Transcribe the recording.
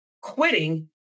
quitting